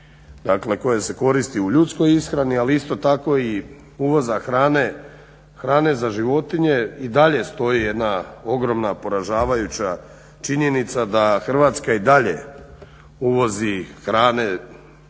dakle koje se koristi u ljudskoj ishrani, ali isto tako i uvoza hrane za životinje i dalje stoji jedna ogromna poražavajuća činjenica da hrvatska i dalje uvozi hrane